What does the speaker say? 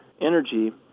energy